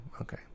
okay